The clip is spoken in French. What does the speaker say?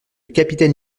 capitaine